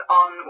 on